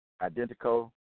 identical